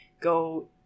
go